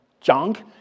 junk